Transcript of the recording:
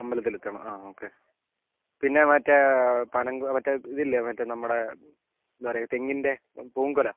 അമ്പലത്തിൽ എത്തണം ആ ഓക്കെ പിന്നെ മറ്റേ പന മറ്റേ ഇതില്ലേ മറ്റേ നമ്മുടെ എന്താണ് പറയുക തെങ്ങിൻ്റെ പൂങ്കുല